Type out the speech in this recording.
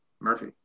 Murphy